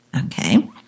Okay